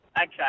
Okay